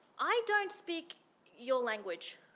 i don't speak your language.